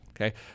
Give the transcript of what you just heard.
Okay